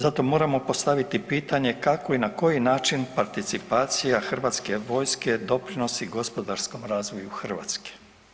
Zato moramo postaviti pitanje kako i na koji način participacija Hrvatske vojske, doprinosi gospodarskom razvoju Hrvatske.